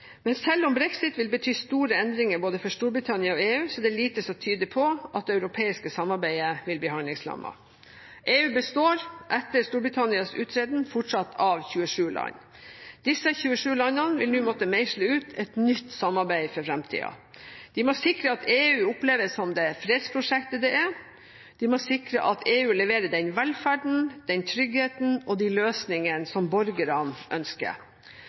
Men selv om brexit vil bety store endringer både for Storbritannia og for EU, er det lite som tyder på at det europeiske samarbeidet vil bli handlingslammet. EU består, etter Storbritannias uttreden, fortsatt av 27 land. Disse 27 landene vil nå måtte meisle ut et nytt samarbeid for framtiden. De må sikre at EU oppleves som det fredsprosjektet det er. De må sikre at EU leverer den velferden, den tryggheten og de løsningene som borgerne ønsker.